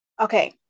Okay